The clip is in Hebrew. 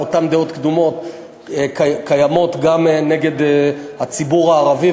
אותן דעות קדומות קיימות נגד הציבור הערבי,